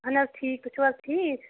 اہن حظ ٹھیٖک تُہۍ چھو حظ ٹھیٖک